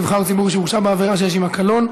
נבחר ציבור שהורשע בעבירה שיש עימה קלון).